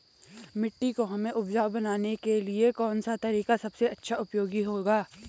मिट्टी को हमें उपजाऊ बनाने के लिए कौन सा तरीका सबसे अच्छा उपयोगी होगा?